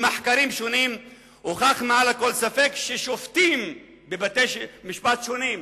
במחקרים שונים הוכח מעל לכל ספק ששופטים בבתי-משפט שונים,